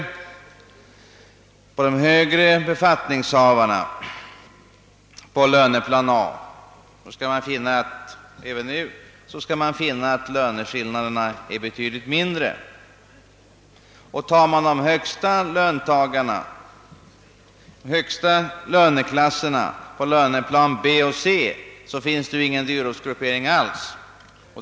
För de högre befattningshavarna på löneplan A är löneskillnaderna proportionsvis betydligt mindre än för de lägre. För de högsta lönerna — på löneplanerna B och C — finns det ingen dyrortsgruppering alls.